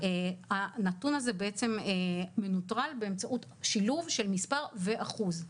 הנתון הזה בעצם מנוטרל באמצעות שילוב של מספר ואחוז,